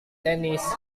tenis